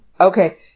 Okay